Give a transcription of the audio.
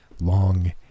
Long